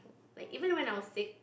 like even when I was six